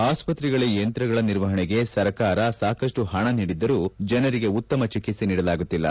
ಆಸ್ಪತ್ತೆಗಳಲ್ಲಿ ಯಂತ್ರಗಳ ನಿರ್ವಹಣೆಗೆ ಸರಕಾರ ಸಾಕಪ್ಪು ಹಣ ನೀಡಿದರೂ ಜನರಿಗೆ ಉತ್ತಮ ಚಿಕಿತ್ಸೆ ನೀಡಲಾಗುತ್ತಿಲ್ಲ